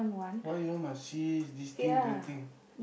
why you all must cease this thing that thing